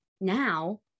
now